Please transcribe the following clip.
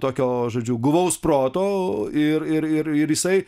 tokio žodžiu guvaus proto ir ir ir jisai